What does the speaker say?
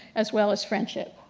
as well as friendship.